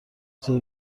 اجازه